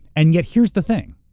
and yet here's the thing,